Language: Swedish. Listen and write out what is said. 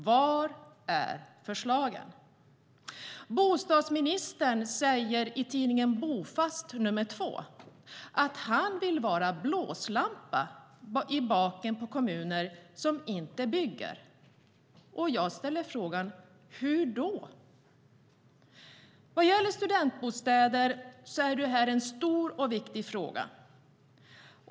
Var är förslagen? Studentbostäder är en stor och viktig fråga.